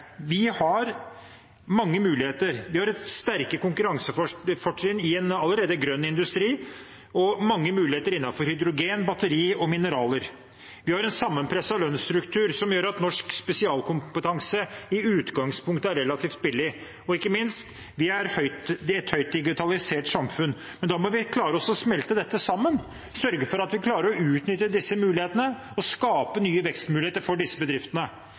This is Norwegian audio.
Vi har mange muligheter. Vi har et sterkt konkurransefortrinn i en allerede grønn industri og mange muligheter innenfor hydrogen, batteri og mineraler. Vi har en sammenpresset lønnsstruktur som gjør at norsk spesialkompetanse i utgangspunktet er relativt billig, og ikke minst er vi et i svært stor grad digitalisert samfunn. Vi må klare å smelte dette sammen, sørge for at vi klarer å utnytte disse mulighetene og skape nye vekstmuligheter for disse bedriftene.